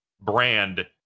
brand